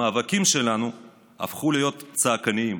המאבקים שלנו הפכו להיות צעקניים,